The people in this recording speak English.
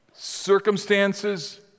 circumstances